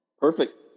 Perfect